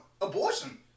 abortion